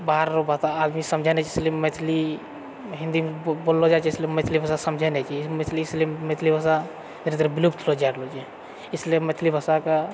बाहरमे आदमी समझै नहि छै इसीलिए मैथिली हिन्दी बोललो जाइत छेै इसीलिए मैथिली भाषा समझै नहि छै इसीलिए मैथिली मैथिली भाषा धीरे धीरे विलुप्त होल जा रहलछै इसलिए मैथिली भाषाके